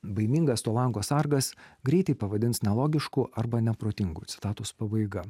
baimingas to lango sargas greitai pavadins nelogišku arba neprotingu citatos pabaiga